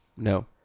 no